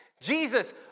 Jesus